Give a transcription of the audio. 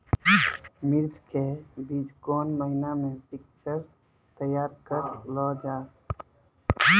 मिर्ची के बीज कौन महीना मे पिक्चर तैयार करऽ लो जा?